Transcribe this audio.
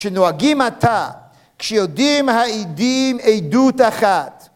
שנוהגים עתה, כשיודעים העדים עדות אחת.